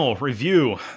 review